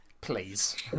Please